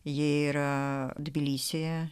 jie yra tbilisyje